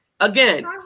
Again